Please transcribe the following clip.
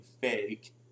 fake